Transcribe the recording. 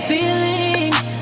Feelings